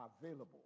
available